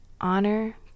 honor